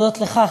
להודות לך,